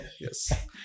Yes